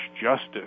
justice